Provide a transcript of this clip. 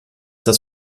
das